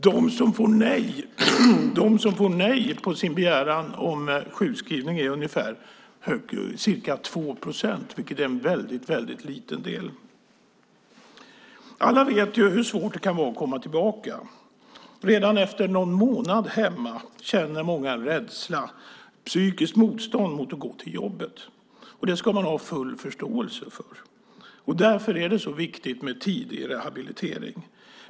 De som får nej på sin begäran om sjukskrivning är ca 2 procent, vilket är en väldigt liten del. Alla vet hur svårt det kan vara att komma tillbaka. Redan efter någon månad hemma känner många rädsla för eller psykiskt motstånd mot att gå till jobbet. Det ska man ha full förståelse för. Därför är det så viktigt med tidig rehabilitering.